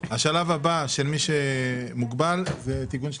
השלב הבא של מי שמוגבל זה טיגון שניצלים.